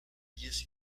diez